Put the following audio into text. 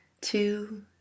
two